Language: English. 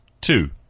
Two